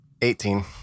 18